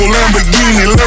Lamborghini